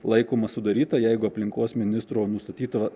laikoma sudaryta jeigu aplinkos ministro nustatyta